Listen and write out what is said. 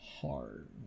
hard